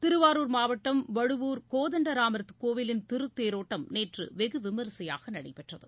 திருவாரூர் மாவட்டம் வடுவூர் கோதண்டராமர் கோவிலின் திருத்தேரோட்டம் நேற்று வெகுவிமரிசையாக நடைபெற்றது